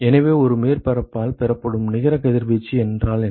எனவே ஒரு மேற்பரப்பால் பெறப்படும் நிகர கதிர்வீச்சு என்றால் என்ன